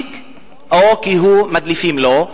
מעתיק או כי מדליפים לו.